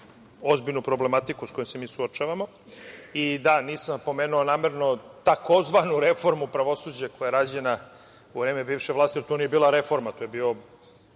ozbiljnu problematiku sa kojom se mi suočavamo. Da, nisam spomenuo namerno tzv. reformu pravosuđa, koja je rađena u vreme bivše vlasti jer to nije bila reforma, to je bio